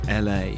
LA